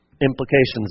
implications